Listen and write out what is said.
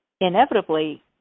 inevitably